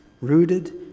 rooted